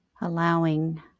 allowing